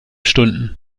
stunden